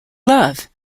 love